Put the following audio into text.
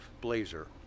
Blazer